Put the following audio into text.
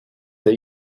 that